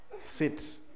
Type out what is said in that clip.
Sit